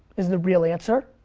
is the real answer.